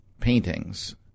paintings